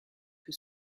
que